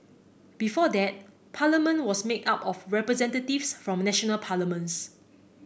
before that Parliament was made up of representatives from national parliaments